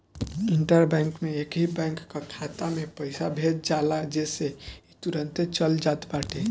inter bank में एकही bank कअ खाता में पईसा भेज जाला जेसे इ तुरंते चल जात बाटे